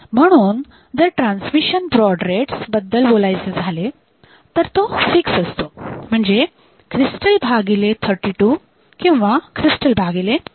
म्हणून जर transmission baud rates बद्दल बोलायचे झाले तर तो फिक्स असतो म्हणजे क्रिस्टल भागिले 32 किंवा क्रिस्टल भागिले 64